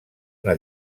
una